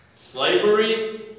Slavery